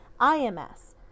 IMS